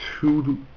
two